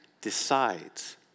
decides